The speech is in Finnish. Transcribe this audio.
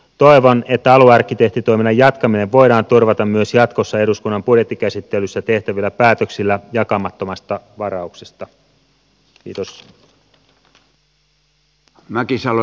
toivon että aluearkkitehtitoiminnan jatkaminen voidaan turvata myös jatkossa eduskunnan budjettikäsittelyssä tehtävillä päätöksillä jakamattomasta varauksesta